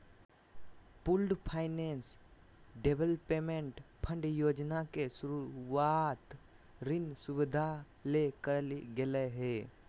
pooled finance development fund योजना के शुरूवात ऋण सुविधा ले करल गेलय हें